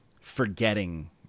forgetting